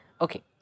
Okay